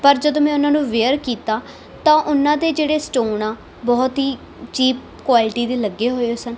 ਪਰ ਜਦੋਂ ਮੈਂ ਉਹਨਾਂ ਨੂੰ ਵੇਅਰ ਕੀਤਾ ਤਾਂ ਉਹਨਾਂ ਦੇ ਜਿਹੜੇ ਸਟੋਨ ਆ ਬਹੁਤ ਹੀ ਚੀਪ ਕੁਆਲਿਟੀ ਦੇ ਲੱਗੇ ਹੋਏ ਸਨ